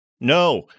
No